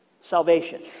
salvation